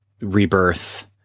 rebirth